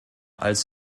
als